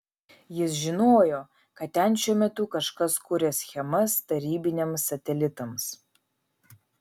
jis žinojo kad ten šiuo metu kažkas kuria schemas tarybiniams satelitams